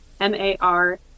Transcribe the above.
M-A-R-